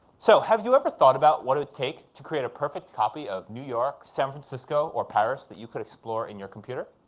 so have you ever thought about what it would take to create a perfect copy of new york, san francisco or paris that you could explore in your computer?